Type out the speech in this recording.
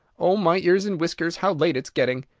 oh my ears and whiskers, how late it's getting!